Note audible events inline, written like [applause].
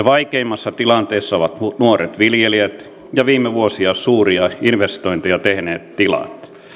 [unintelligible] vaikeimmassa tilanteessa ovat nuoret viljelijät ja viime vuosina suuria investointeja tehneet tilat